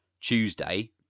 Tuesday